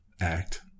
act